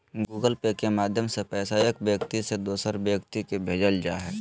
Google Pay के माध्यम से पैसा एक व्यक्ति से दोसर व्यक्ति के भेजल जा हय